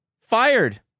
fired